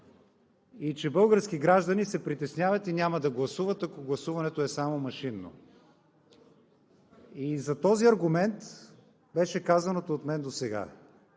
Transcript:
и че български граждани се притесняват и няма да гласуват, ако гласуването е само машинно. За този аргумент беше казаното от мен досега